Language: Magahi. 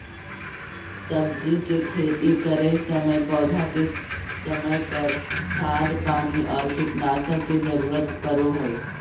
सब्जी के खेती करै समय पौधा के समय पर, खाद पानी और कीटनाशक के जरूरत परो हइ